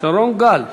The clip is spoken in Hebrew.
שרון גל.